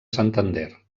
santander